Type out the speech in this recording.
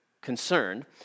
concerned